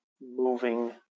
moving